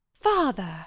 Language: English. Father